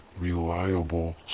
reliable